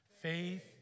Faith